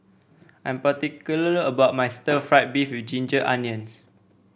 I am particular about my stir fry beef with Ginger Onions